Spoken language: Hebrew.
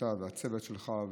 אתה והצוות שלך,